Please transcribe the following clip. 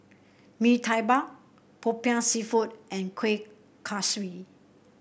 Mee Tai Mak Popiah seafood and Kueh Kaswi